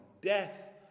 death